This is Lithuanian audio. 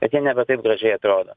bet jie nebe taip gražiai atrodo